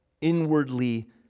Inwardly